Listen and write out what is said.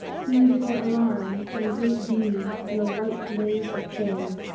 he was for alarms and great deeds and a white blaze of fame.